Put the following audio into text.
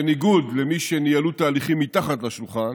בניגוד למי שניהלו תהליכים מתחת לשולחן,